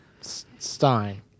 Stein